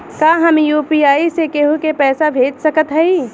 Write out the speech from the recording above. का हम यू.पी.आई से केहू के पैसा भेज सकत हई?